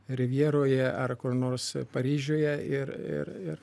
rivjeroje ar kur nors paryžiuje ir ir ir